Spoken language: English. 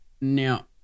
Now